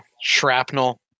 shrapnel